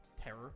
terror